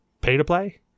pay-to-play